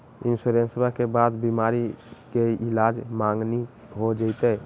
इंसोरेंसबा के बाद बीमारी के ईलाज मांगनी हो जयते?